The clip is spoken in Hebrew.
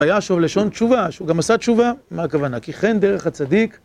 היה לשון תשובה, שהוא גם עשה תשובה, מה הכוונה? כי כן דרך הצדיק...